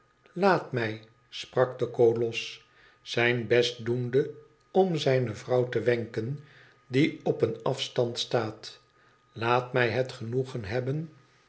laat mij sprak de kolos zijn best doende om zijne vrouw te wenken die op een atand staat laat mij het genoegen hebben